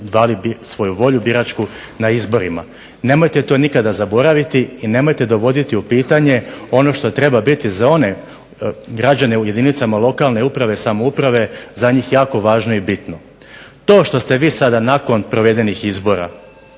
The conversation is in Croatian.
dali svoju volju biračku na izborima. Nemojte to nikada zaboraviti i nemojte dovoditi u pitanje ono što treba biti za one građane u jedinicama lokalne uprave i samouprave za njih jako važno i bitno. To što ste vi sada nakon provedenih izbora